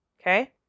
Okay